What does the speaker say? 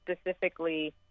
specifically